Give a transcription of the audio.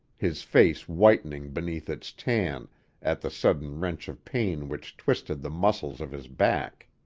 his face whitening beneath its tan at the sudden wrench of pain which twisted the muscles of his back.